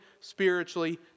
spiritually